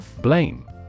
Blame